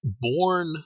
born